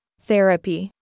therapy